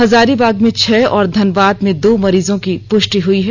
हजारीबाग में छह और धनबाद में दो मरीजों की पुष्टि हई है